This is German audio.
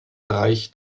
reicht